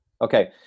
Okay